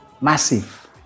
massive